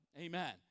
Amen